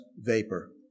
vapor